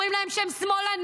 אומרים להם שהם שמאלנים,